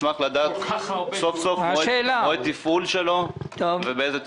נשמח לדעת סוף סוף את מועד התפעול שלו ובאיזו תצורה.